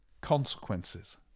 consequences